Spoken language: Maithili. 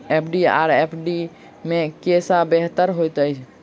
एफ.डी आ आर.डी मे केँ सा बेहतर होइ है?